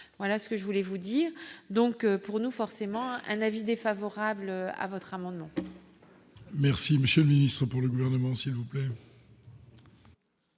voilà ce que je voulais vous dire donc, pour nous, forcément un avis défavorable à votre amendement. Merci monsieur le ministre, pour le gouvernement, s'il vous plaît.